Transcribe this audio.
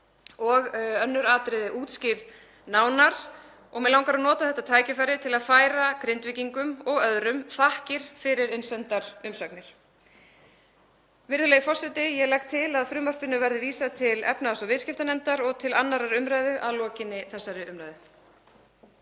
og önnur atriði útskýrð nánar og mig langar að nota þetta tækifæri til að færa Grindvíkingum og öðrum þakkir fyrir innsendar umsagnir. Virðulegi forseti. Ég legg til að frumvarpinu verði vísað til efnahags- og viðskiptanefndar og til 2. umræðu að lokinni þessari umræðu.